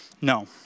No